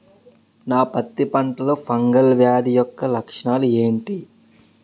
నా పత్తి పంటలో ఫంగల్ వ్యాధి యెక్క లక్షణాలు ఏంటి?